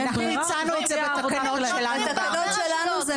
באין ברירה --- נותנים בהרבה רשויות.